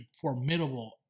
formidable